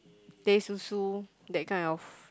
teh Susu that kind of